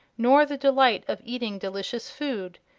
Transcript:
nor the delight of eating delicious food,